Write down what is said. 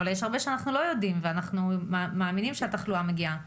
אבל יש הרבה שאנחנו לא יודעים ואנחנו מאמינים שהתחלואה מגיעה.